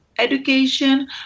education